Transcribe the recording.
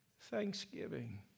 thanksgiving